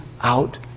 out